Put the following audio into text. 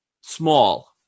small